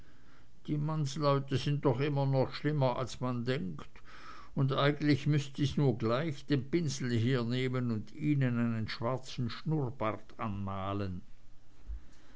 die mannsleute sind doch immer noch schlimmer als man denkt un eigentlich müßt ich nu gleich den pinsel hier nehmen und ihnen einen schwarzen schnurrbart anmalen